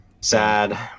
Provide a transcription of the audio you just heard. Sad